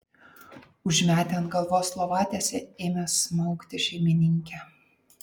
užmetę ant galvos lovatiesę ėmė smaugti šeimininkę